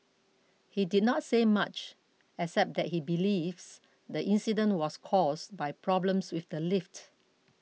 he did not say much except that he believes the incident was caused by problems with the lift